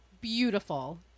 beautiful